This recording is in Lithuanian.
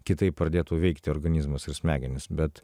kitaip pradėtų veikti organizmas ir smegenys bet